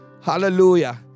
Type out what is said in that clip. Hallelujah